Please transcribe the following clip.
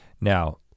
Now